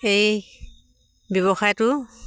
এই ব্যৱসায়টো